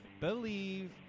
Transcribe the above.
believe